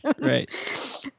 Right